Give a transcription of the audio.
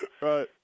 Right